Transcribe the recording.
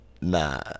Nah